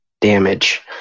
damage